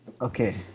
Okay